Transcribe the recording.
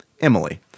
Emily